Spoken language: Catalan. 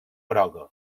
groga